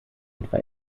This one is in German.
etwa